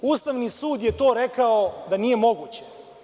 Ustavni sud je za to rekao da nije moguće.